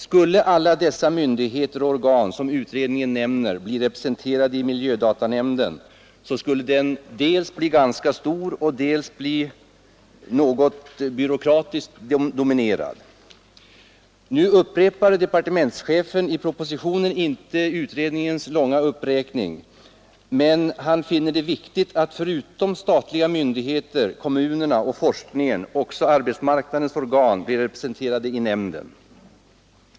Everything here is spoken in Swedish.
Skulle alla de statliga myndigheter som utredningen nämner bli representerade i miljödatanämnden, så skulle den dels bli ganska stor, dels bli starkt byråkratiskt dominerad. Departementschefen upprepar inte i propositionen utredningens långa uppräkning men finner det viktigt att förutom statliga myndigheter, kommunerna och forskningen också arbetsmarknadens organ blir representerade i nämnden.